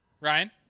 Ryan